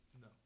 No